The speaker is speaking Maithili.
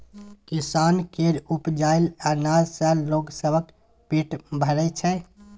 किसान केर उपजाएल अनाज सँ लोग सबक पेट भरइ छै